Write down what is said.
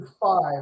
five